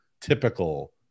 typical